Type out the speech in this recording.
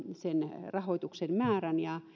sen rahoituksen määrän ja